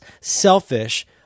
selfish